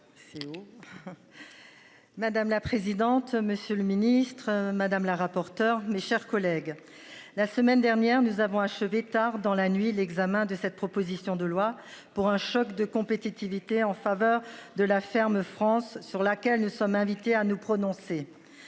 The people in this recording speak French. Madame la présidente, monsieur le ministre, madame la rapporteure, mes chers collègues. La semaine dernière nous avons achevé tard dans la nuit l'examen de cette proposition de loi pour un choc de compétitivité en faveur de la ferme France sur laquelle nous sommes invités à nous prononcer.